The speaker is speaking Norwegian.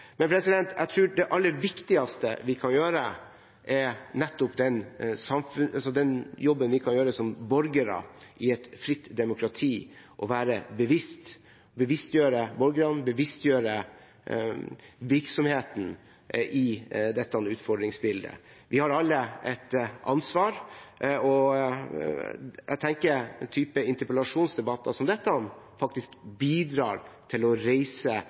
men jeg tror det aller viktigste vi kan gjøre, er nettopp jobben vi kan gjøre som borgere i et fritt demokrati – å bevisstgjøre borgerne, bevisstgjøre virksomhetene i dette utfordringsbildet. Vi har alle et ansvar, og jeg tenker at interpellasjonsdebatter som denne bidrar til å reise